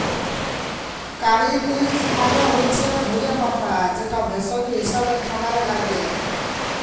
কারী leaves মালে হচ্যে ধলে পাতা যেটা ভেষজ হিসেবে খাবারে লাগ্যে